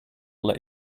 let